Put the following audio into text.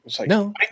No